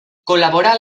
col·laborar